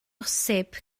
bosib